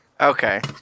Okay